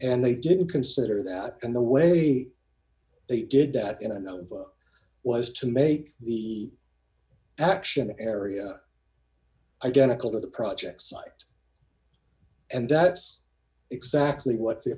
and they didn't consider that and the way they did that in another was to make the action area identical to the project site and that's exactly what